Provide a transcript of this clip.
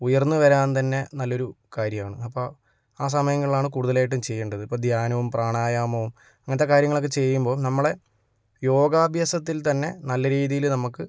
ഉയര്ന്നു വരാന് തന്നെ നല്ലൊരു കാര്യമാണ് അപ്പോൾ ആ സമയങ്ങളിലാണ് കൂടുതലായിട്ട് ചെയ്യേണ്ടത് ഇപ്പം ധ്യാനവും പ്രണായാമവും അങ്ങനത്തെ കാര്യങ്ങളൊക്കെ ചെയ്യുമ്പോള് നമ്മുടെ യോഗാഭ്യാസത്തില്ത്തന്നെ നല്ല രീതിയില് നമുക്ക്